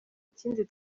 kindi